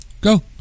go